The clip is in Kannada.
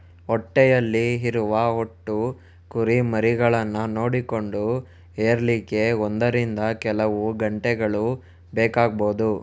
ಹೊಟ್ಟೆಯಲ್ಲಿ ಇರುವ ಒಟ್ಟು ಕುರಿಮರಿಗಳನ್ನ ನೋಡಿಕೊಂಡು ಹೆರ್ಲಿಕ್ಕೆ ಒಂದರಿಂದ ಕೆಲವು ಗಂಟೆಗಳು ಬೇಕಾಗ್ಬಹುದು